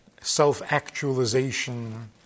self-actualization